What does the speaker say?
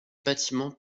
bâtiments